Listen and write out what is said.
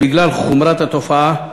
בגלל חומרת התופעה.